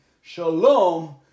Shalom